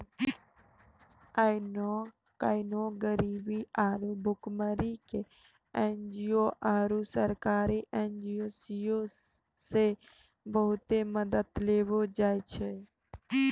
आइ काल्हि गरीबी आरु भुखमरी के एन.जी.ओ आरु सरकारी एजेंसीयो से बहुते मदत देलो जाय छै